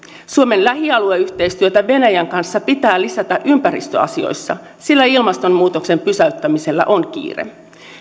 suomen lähialueyhteistyötä venäjän kanssa pitää lisätä ympäristöasioissa sillä ilmastonmuutoksen pysäyttämisellä on kiire